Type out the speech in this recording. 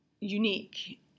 unique